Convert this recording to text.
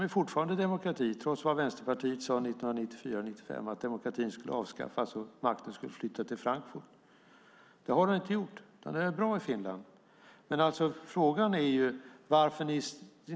De är fortfarande en demokrati, trots det Vänsterpartiet sade 1994/95, att demokratin skulle avskaffas och makten skulle flytta till Frankfurt. Det har den inte gjort. Det har gått bra i Finland.